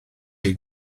chi